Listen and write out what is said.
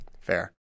Fair